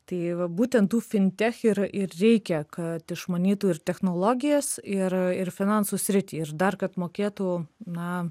tai va būtent tų fintech ir ir reikia kad išmanytų ir technologijas ir ir finansų sritį ir dar kad mokėtų na